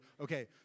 Okay